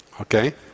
Okay